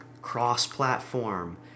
cross-platform